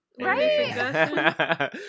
right